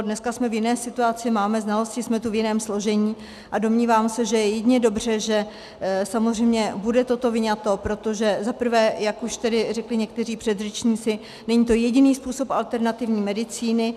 Dneska jsme v jiné situaci, máme znalosti, jsme tu v jiném složení a domnívám se, že je jedině dobře, že samozřejmě bude toto vyňato, protože za prvé, jak už tedy řekli někteří předřečníci, není to jediný způsob alternativní medicíny.